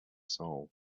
soul